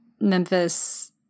Memphis